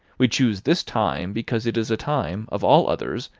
we choose this time, because it is a time, of all others,